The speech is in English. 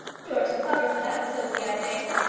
you are too clever for that, sophie, i think.